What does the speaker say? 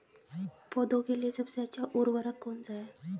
पौधों के लिए सबसे अच्छा उर्वरक कौन सा है?